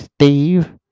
Steve